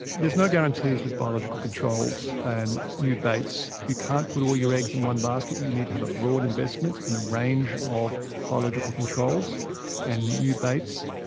there's no guarantees with biological controls and new baits, you can't put all your eggs in one basket, you need to have a broad investment in a range of biological controls and new baits.